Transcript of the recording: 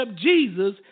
Jesus